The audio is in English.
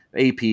AP